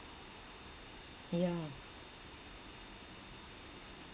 yeah